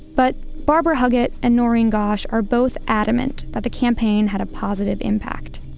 but barbara huggett and noreen gosh are both adamant that the campaign had a positive impact.